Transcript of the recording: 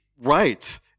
Right